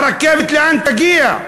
הרכבת לאן תגיע?